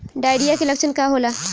Diarrhoea के लक्षण का होला?